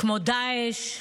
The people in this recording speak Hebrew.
כמו דאעש,